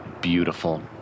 beautiful